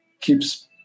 keeps